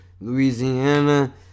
Louisiana